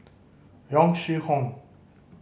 Yong Shu Hoong